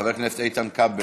חבר הכנסת איתן כבל.